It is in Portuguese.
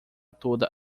toda